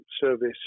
service